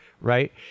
right